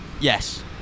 Yes